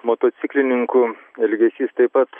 motociklininkų elgesys taip pat